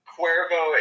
Cuervo